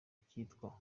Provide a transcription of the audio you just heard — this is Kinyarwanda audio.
kitwa